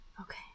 Okay